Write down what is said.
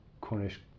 Cornish